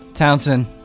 Townsend